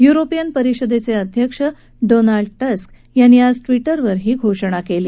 European परिषदेचे अध्यक्ष Donald Tusk यांनीआज ट्विटरवरुन ही घोषणा केली